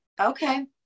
Okay